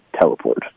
teleport